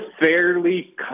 fairly